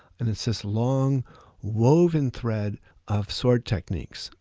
and it's this long woven thread of sword techniques.